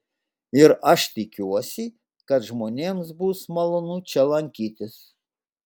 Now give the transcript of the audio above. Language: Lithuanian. ir aš tikiuosi kad žmonėms bus malonu čia lankytis